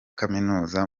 kaminuza